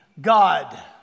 God